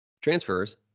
transfers